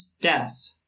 death